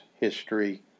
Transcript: history